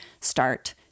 start